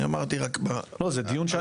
אני אמרתי רק --- לא, זה הדיון.